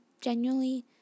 genuinely